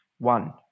One